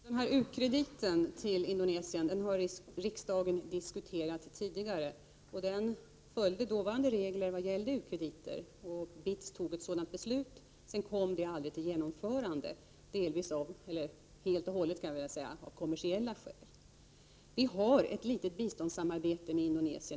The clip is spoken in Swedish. Herr talman! U-krediten till Indonesien har riksdagen diskuterat tidigare. Den följde dåvarande regler för u-krediter. BITS fattade ett beslut som sedan aldrig kom till genomförande, helt och hållet av kommersiella skäl. Vi har ett litet biståndssamarbete med Indonesien.